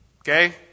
Okay